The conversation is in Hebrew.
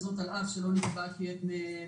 וזאת על אף שלא נקבע כי הם חוקה,